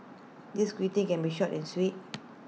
this greeting can be short and sweet